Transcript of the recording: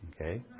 Okay